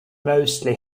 mostly